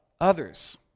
others